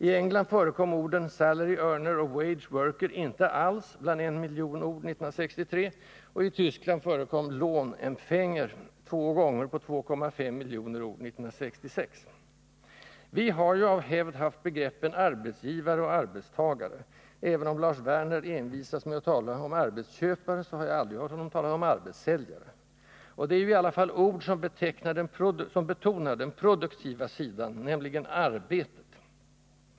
I England förekom orden salary-earner och wage-worker inte alls bland en miljon ord 1963, och i Tyskland förekom Lohnempfänger två gånger på 2,5 miljoner ord 1966. Vi har ju av hävd haft begreppen arbetsgivare och arbetstagare — även om Lars Werner envisas med att tala om arbetsköpare så har jag aldrig hört honom tala om arbetssäljare — och det är ju i alla fall ord som betonar den produktiva sidan, nämligen arbetet.